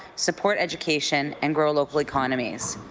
support education, and grow local economies.